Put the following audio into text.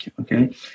okay